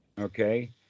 Okay